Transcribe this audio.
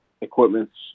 equipment's